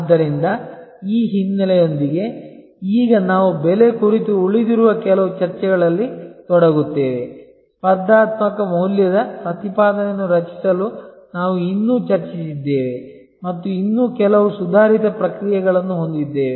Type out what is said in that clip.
ಆದ್ದರಿಂದ ಈ ಹಿನ್ನೆಲೆಯೊಂದಿಗೆ ಈಗ ನಾವು ಬೆಲೆ ಕುರಿತು ಉಳಿದಿರುವ ಕೆಲವು ಚರ್ಚೆಗಳಲ್ಲಿ ತೊಡಗುತ್ತೇವೆ ಸ್ಪರ್ಧಾತ್ಮಕ ಮೌಲ್ಯದ ಪ್ರತಿಪಾದನೆಯನ್ನು ರಚಿಸಲು ನಾವು ಇನ್ನೂ ಚರ್ಚಿಸಿದ್ದೇವೆ ಮತ್ತು ಇನ್ನೂ ಕೆಲವು ಸುಧಾರಿತ ಪ್ರಕ್ರಿಯೆಗಳನ್ನು ಹೊಂದಿದ್ದೇವೆ